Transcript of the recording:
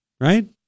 right